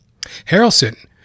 Harrelson